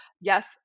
yes